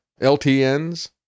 LTNs